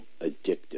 addictive